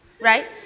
Right